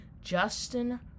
Justin